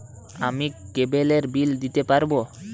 আমি কেবলের বিল দিতে পারবো?